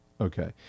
okay